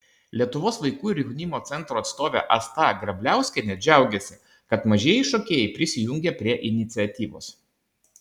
lietuvos vaikų ir jaunimo centro atstovė asta grabliauskienė džiaugėsi kad mažieji šokėjai prisijungė prie iniciatyvos